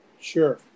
Sure